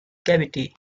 cavity